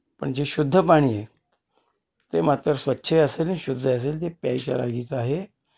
पण जे शुद्ध पाणी आहे ते मात्र स्वच्छ आहे असेल आणि शुद्ध आहे असेल ते प्यायच्या लागीचं आहे